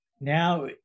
now